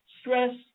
Stress